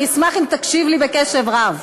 אני אשמח אם תקשיב לי קשב רב.